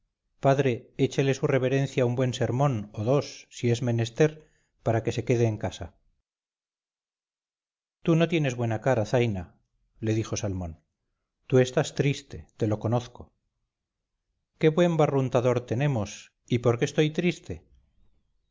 padre échele su reverencia un buen sermón o dos si es menester para que se quede en casa tú no tienes buena cara zaina le dijo salmón tú estás triste te lo conozco qué buen barruntador tenemos y por qué estoy triste